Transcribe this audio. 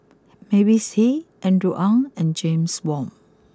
Mavis Hee Andrew Ang and James Wong